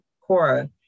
Cora